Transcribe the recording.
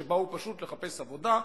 שבאו פשוט לחפש עבודה,